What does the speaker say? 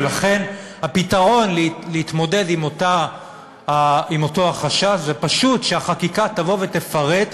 ולכן הפתרון בהתמודדות עם אותו חשש הוא פשוט שהחקיקה תפרט,